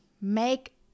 Make